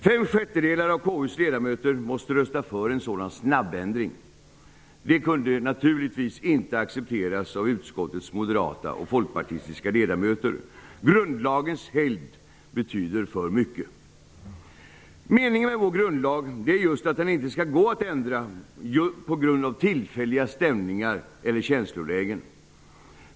fem sjättedelar av KU:s ledamöter måste rösta för en sådan snabbändring. Detta kunde naturligtvis inte accepteras av utskottets moderata och folkpartistiska ledamöter. Grundlagens helgd betyder för mycket. Meningen med vår grundlag är just att den inte skall gå att ändra på grund av tillfälliga stämningar eller känslolägen.